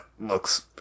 looks